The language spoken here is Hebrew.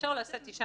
אישה